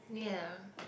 ya